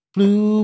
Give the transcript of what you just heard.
Blue